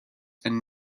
and